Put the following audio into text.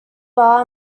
bar